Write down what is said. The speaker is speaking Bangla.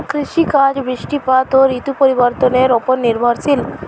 কৃষিকাজ বৃষ্টিপাত ও ঋতু পরিবর্তনের উপর নির্ভরশীল